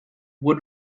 would